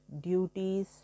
duties